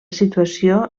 situació